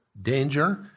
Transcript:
Danger